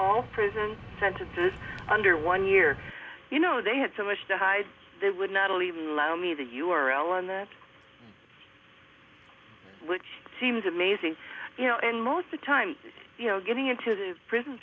all prison sentences under one year you know they had so much to hide they would not even loan me the u r l and that which seems amazing you know and most the time you know getting into the prison